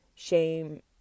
Shame